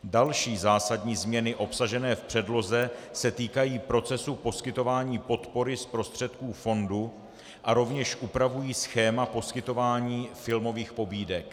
Další zásadní změny obsažené v předloze se týkají procesu poskytování podpory z prostředků fondu a rovněž upravují schéma poskytování filmových pobídek.